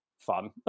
Fun